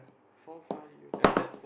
four five years old